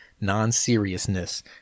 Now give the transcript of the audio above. non-seriousness